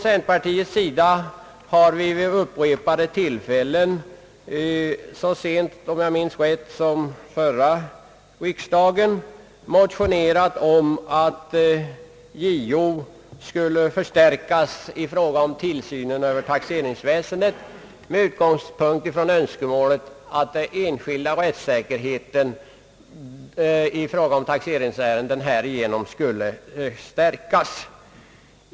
Centerpartiet har vid upprepade tillfällen — senast vid förra årets riksdag, om jag minns rätt — motionerat om att JO-ämbetet skulle förstärkas i fråga om tillsynen över taxeringsväsendet, med utgångspunkt från önskemålet att den enskildes rättssäkerhet i taxeringsärenden härigenom skulle förstärkas.